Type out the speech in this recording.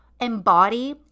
embody